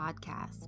podcast